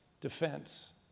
defense